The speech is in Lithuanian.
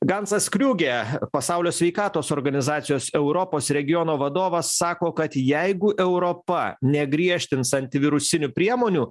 gansas kriūgė pasaulio sveikatos organizacijos europos regiono vadovas sako kad jeigu europa negriežtins antivirusinių priemonių